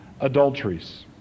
adulteries